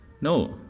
No